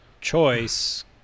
choice